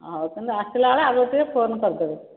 ହେଉ ତୁମେ ଆସିଲା ବେଳେ ଆଗୁଆ ଟିକେ ଫୋନ୍ କରିଦେବ